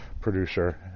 producer